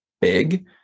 big